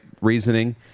reasoning